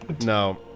No